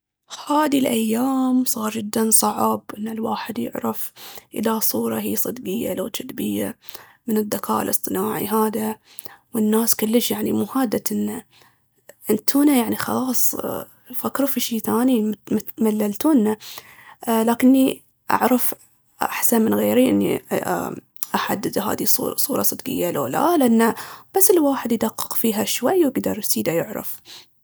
هاذي الأيام صار جداً صعب ان الواحد يعرف اذا صورة هي صدقية لو جذبية، من الذكاء الاصطناعي هاذا، والناس يعني كلش مو هادتنه. انتونه يعني خلاص فكروا في شي ثاني، مللتونا. لكني اعرف احسن من غيري اني احدد هاذي صورة صدقية لو لا، لأن بس الواحد يدقق فيها شوي يقدر سيدة يعرف.